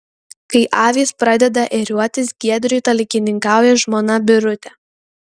kai avys pradeda ėriuotis giedriui talkininkauja žmona birutė